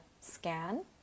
scan